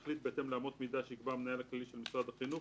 תחליט בהתאם לאמות מידה שיקבע המנהל הכללי של משרד החינוך